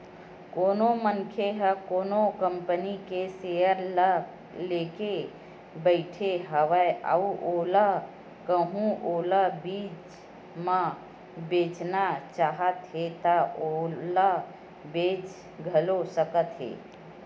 कोनो मनखे ह कोनो कंपनी के सेयर ल लेके बइठे हवय अउ ओला कहूँ ओहा बीच म बेचना चाहत हे ता ओला बेच घलो सकत हे